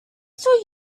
still